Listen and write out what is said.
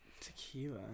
Tequila